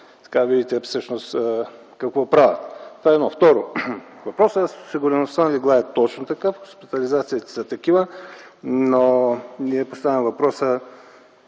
да видите всъщност какво правят – това е едното. Второ, въпросът с осигуреността на леглата е точно така, хоспитализациите са такива, но ние поставяме въпроса: